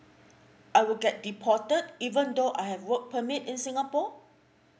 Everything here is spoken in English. I will get deported even though I have work permit in singapore